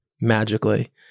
magically